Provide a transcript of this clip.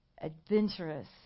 adventurous